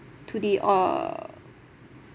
to the uh